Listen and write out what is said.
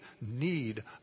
need